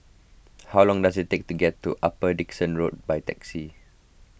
how long does it take to get to Upper Dickson Road by taxi